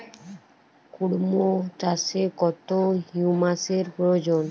কুড়মো চাষে কত হিউমাসের প্রয়োজন?